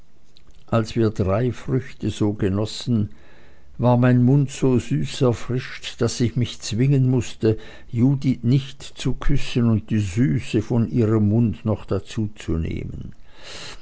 als wir drei früchte so gegessen war mein mund so süß erfrischt daß ich mich zwingen mußte judith nicht zu küssen und die süße von ihrem munde noch dazuzunehmen